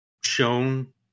shown